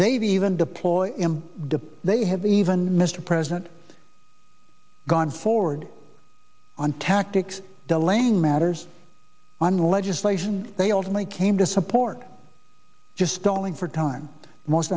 they've even deploy him the they have even mr president gone forward on tactics delaying matters on legislation they ultimately came to support just stalling for time most